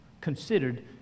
considered